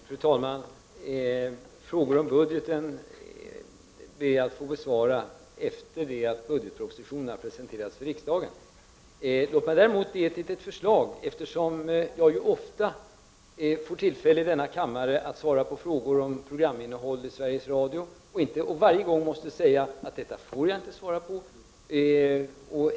Fru talman! Frågor om budgeten ber jag att få besvara efter det att budgetpropositionen har presenterats för riksdagen. Låt mig däremot få ge ett litet förslag, eftersom jag ju ofta får tillfälle i denna kammare att svara på frågor om programinnehållet i Sveriges Radio och varje gång måste säga att detta får jag inte svara på.